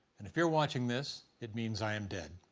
if you're watching this, it means i am dead.